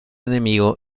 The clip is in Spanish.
enemigo